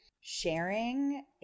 sharing